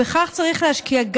בכך צריך להשקיע,